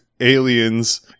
aliens